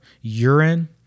urine